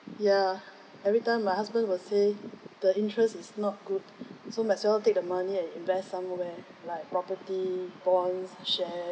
ya every time my husband will say the interest is not good so might as well take the money and invest somewhere like property bonds shares